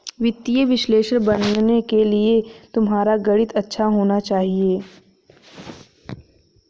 वित्तीय विश्लेषक बनने के लिए तुम्हारा गणित अच्छा होना चाहिए